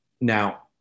Now